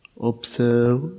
Observe